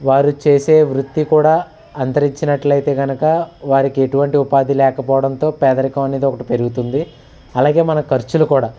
వారు చేసే వృత్తి కూడా అంతరించినట్లయితే కనుక వారికి ఎటువంటి ఉపాధి లేకపోవడంతో పేదరికం అనేది ఒకటి పెరుగుతుంది అలాగే మన ఖర్చులు కూడా